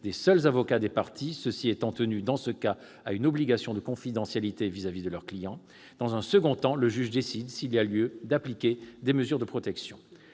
des seuls avocats des parties, ceux-ci étant tenus dans ce cas à une obligation de confidentialité vis-à-vis de leurs clients. Dans un second temps, le juge décide s'il y a lieu d'appliquer des mesures de protection.